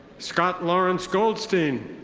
scott lawrnece goldstein.